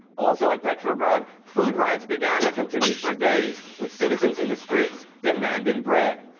also in petrograd, food riots began that continued for days, with citizens in the streets demanding bread.